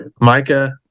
Micah